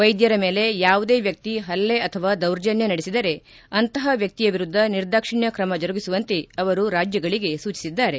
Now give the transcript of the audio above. ವೈದ್ಯರ ಮೇಲೆ ಯಾವುದೇ ವ್ಹಿಕಿ ಹಲ್ಲೆ ಅಥವಾ ದೌರ್ಜನ್ನ ನಡೆಸಿದರೆ ಅಂತಹ ವ್ಹಿಕಿಯ ವಿರುದ್ದ ನಿರ್ದಾಕ್ಷಿಣ್ಣ ತ್ರಮ ಜರುಗಿಸುವಂತೆ ಅವರು ರಾಜ್ಚಗಳಿಗೆ ಸೂಚಿಸಿದ್ದಾರೆ